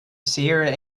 sierra